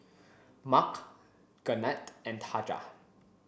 Mark Garnet and Taja